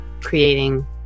creating